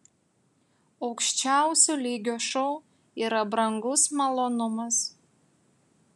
aukščiausio lygio šou yra brangus malonumas